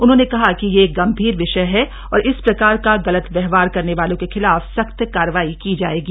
उन्होंने कहा कि यह एक गंभीर विषय है और इस प्रकार का गलत व्यवहार करने वालों के खिलाफ सख्त कार्रवाई की जाएगी